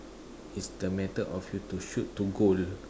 is the method of you to shoot to goal